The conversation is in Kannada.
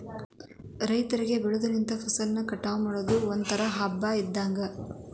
ರೈತರಿಗೆ ಬೆಳದ ನಿಂತ ಫಸಲ ಕಟಾವ ಮಾಡುದು ಒಂತರಾ ಹಬ್ಬಾ ಇದ್ದಂಗ